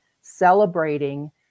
celebrating